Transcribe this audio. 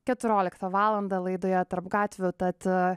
keturioliktą valandą laidoje tarp gatvių tad